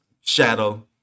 shadow